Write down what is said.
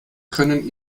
können